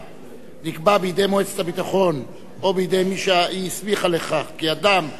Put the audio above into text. נקבע בידי מועצת הביטחון או בידי מי שהיא הסמיכה לכך כי אדם זר,